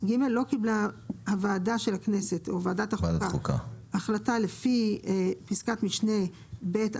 לא קיבלה ועדת החוקה החלטה לפי פסקת משנה (ב)